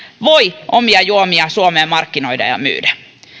voi omia juomiaan suomeen markkinoida ja myydä